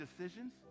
decisions